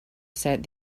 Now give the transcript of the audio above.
said